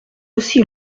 aussi